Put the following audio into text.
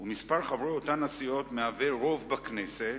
ומספר חברי אותן הסיעות מהווה רוב בכנסת,